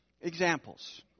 Examples